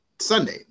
Sunday